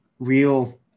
real